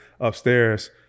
upstairs